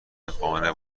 قانع